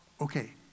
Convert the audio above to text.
okay